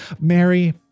Mary